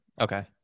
okay